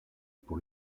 pour